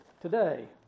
today